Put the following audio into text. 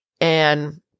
And-